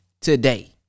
today